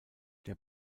der